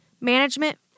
management